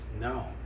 no